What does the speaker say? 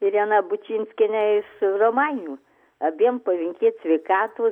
ireną bučinskienę iš romainių abiem palinkėt sveikatos